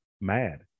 mad